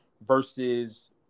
versus